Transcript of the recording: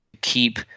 keep